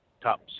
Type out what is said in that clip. top